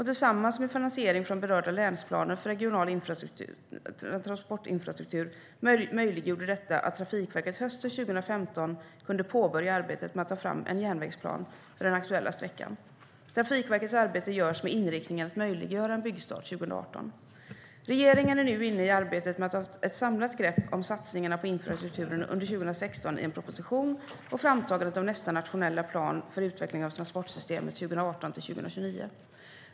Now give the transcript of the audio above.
Tillsammans med finansiering från berörda länsplaner för regional transportinfrastruktur möjliggjorde detta att Trafikverket hösten 2015 kunde påbörja arbetet med att ta fram en järnvägsplan för den aktuella sträckan. Trafikverkets arbete görs med inriktningen att möjliggöra en byggstart 2018.Regeringen är nu inne i arbetet med att ta ett samlat grepp om satsningarna på infrastrukturen under 2016 i en proposition och framtagandet av nästa nationella plan för utveckling av transportsystemet 2018-2029.